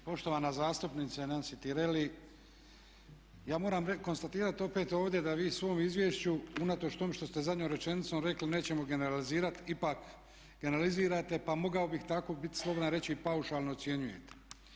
Poštovana zastupnice Nansi Tireli ja moram konstatirati opet ovdje da vi u svom izvješću unatoč tome što ste zadnjom rečenicom rekli nećemo generalizirati ipak generalizirate pa mogao bih tako biti slobodan i reći paušalno ocjenjujete.